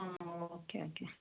ആണോ okay okay